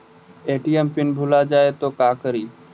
ATM PIN भुला जाए तो का करी?